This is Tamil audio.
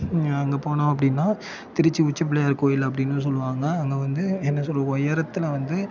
அங்கே போனோம் அப்படின்னா திருச்சி உச்சிப்பிள்ளையார் கோவில் அப்படின்னு சொல்வாங்க அங்கே வந்து என்ன சொல்ல உயரத்துல வந்து